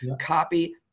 copy